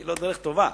זאת לא דרך טובה.